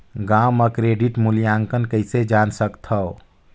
गांव म क्रेडिट मूल्यांकन कइसे जान सकथव?